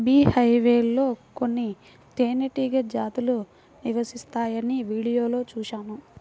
beehive లో కొన్ని తేనెటీగ జాతులు నివసిస్తాయని వీడియోలో చూశాను